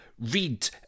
read